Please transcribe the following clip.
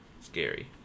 scary